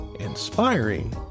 inspiring